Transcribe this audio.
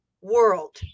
world